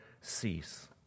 cease